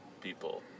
people